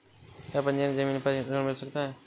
क्या पंजीकरण ज़मीन पर ऋण मिल सकता है?